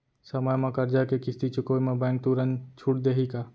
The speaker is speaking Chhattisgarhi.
समय म करजा के किस्ती चुकोय म बैंक तुरंत छूट देहि का?